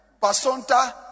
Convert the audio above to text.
Basanta